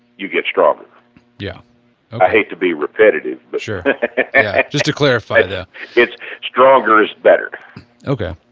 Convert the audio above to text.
you get stronger yeah i have to be repetitive but sure, yeah just to clarify though it's stronger is better okay.